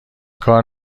کار